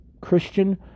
Christian